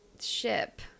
ship